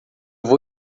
vou